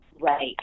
Right